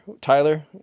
Tyler